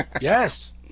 Yes